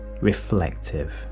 reflective